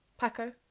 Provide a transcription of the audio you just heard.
Paco